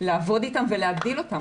לעבוד איתם ולהגדיל אותם.